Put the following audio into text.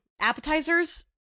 Appetizers